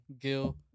Gil